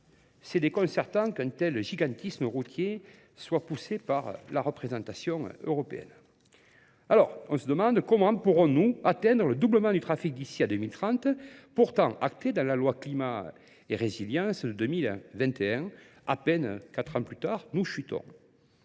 C'est déconcertant qu'un tel gigantisme routier soit poussé par la représentation européenne. Alors, on se demande comment pourrons-nous atteindre le doublement du trafic d'ici à 2030, pourtant acté dans la loi climat et résilience de 2021, à peine quatre ans plus tard, nous chutons.